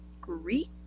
Greek